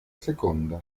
seconda